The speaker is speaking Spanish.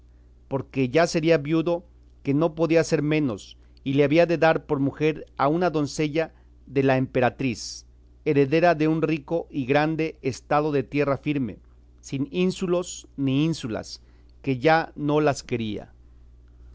porque ya sería viudo que no podía ser menos y le había de dar por mujer a una doncella de la emperatriz heredera de un rico y grande estado de tierra firme sin ínsulos ni ínsulas que ya no las quería